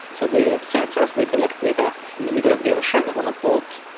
so they have sensors, they collect data in the middle of the ocean on a boat.